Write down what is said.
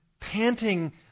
panting